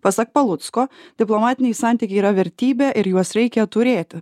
pasak palucko diplomatiniai santykiai yra vertybė ir juos reikia turėti